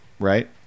Right